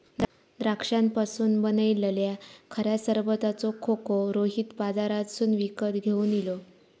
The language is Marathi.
द्राक्षांपासून बनयलल्या खऱ्या सरबताचो खोको रोहित बाजारातसून विकत घेवन इलो